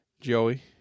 Joey